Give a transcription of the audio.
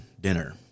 dinner